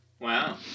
Wow